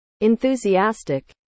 enthusiastic